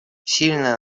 сильное